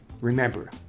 Remember